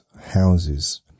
houses